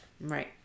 right